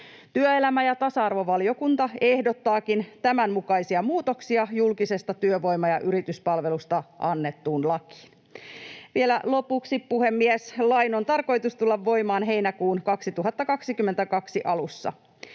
Työelämä‑ ja tasa-arvovaliokunta ehdottaakin tämänmukaisia muutoksia julkisesta työvoima‑ ja yrityspalvelusta annettuun lakiin. Vielä lopuksi, puhemies: Lain on tarkoitus tulla voimaan heinäkuun 2022 alussa.